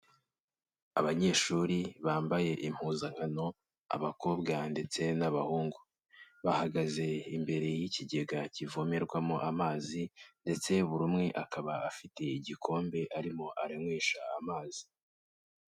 Abanyeshuri bambaye impuzankano; abakobwa ndetse n'abahungu. Bahagaze imbere y'ikigega kivomerwamo amazi, ndetse buri umwe akaba afite igikombe arimo aranywesha amazi.